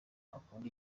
akunda